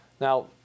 Now